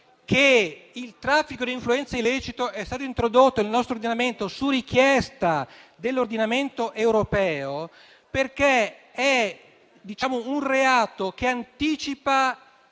che il traffico di influenze illecito è stato introdotto nel nostro ordinamento su richiesta dell'ordinamento europeo, perché è un reato che anticipa